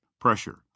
pressure